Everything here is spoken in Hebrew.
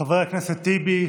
חבר הכנסת טיבי,